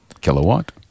kilowatt